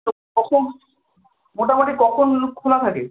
কখন মোটমুটি কখন খোলা থাকে